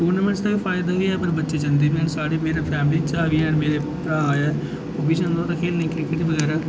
tournaments दा ते फायदा ते ऐ पर बच्चे साढ़े जंदे निं हैन किश मेरी फैमिली चा बी हैन भ्राऽ ऐ ओह्बी जंदा होंदा खेढने गी क्रिकेट दे बगैरा